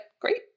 great